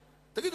שטייניץ?